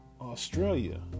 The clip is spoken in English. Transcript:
Australia